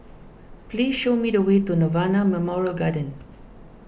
please show me the way to Nirvana Memorial Garden